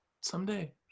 someday